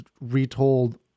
retold